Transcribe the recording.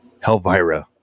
Helvira